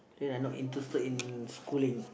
then I not interested in schooling